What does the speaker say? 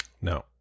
No